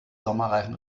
sommerreifen